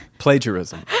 Plagiarism